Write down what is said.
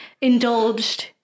indulged